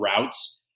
routes